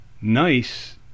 nice